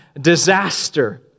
disaster